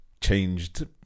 changed